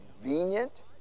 convenient